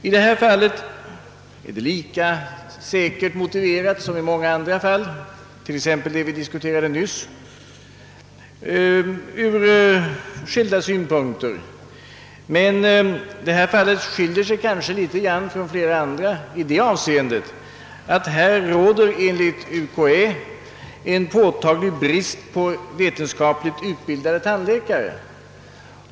I detta fall är förslaget om nya professurer ur skilda synpunkter säkert lika motiverat som det vi nyss diskuterade, men fallet skiljer sig kanske litet från flera andra i det avseendet att det enligt universitetskanslersämbetet råder en påtaglig brist på vetenskapligt utbildade tandläkare.